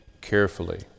carefully